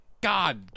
God